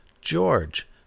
George